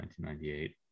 1998